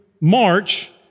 March